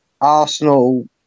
Arsenal